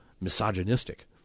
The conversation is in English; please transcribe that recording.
misogynistic